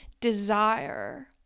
desire